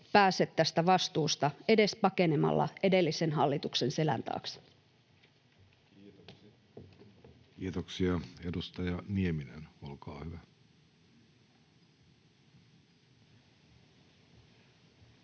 pääse tästä vastuusta edes pakenemalla edellisen hallituksen selän taakse. Kiitoksia. — Edustaja Nieminen, olkaa hyvä. Arvoisa